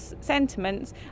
sentiments